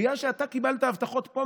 בגלל שאתה קיבלת הבטחות פה,